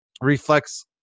reflects